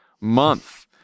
month